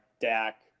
Dak